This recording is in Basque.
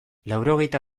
laurogeita